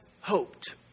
hoped